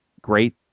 great